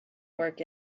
work